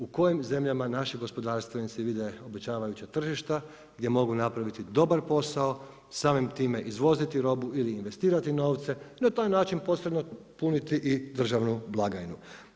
U kojim zemljama naši gospodarstvenici vide obećavajuća tržišta gdje mogu napraviti dobar posao samim time izvoziti robu ili investirati novce i na taj način posredno puniti i državnu blagajnu.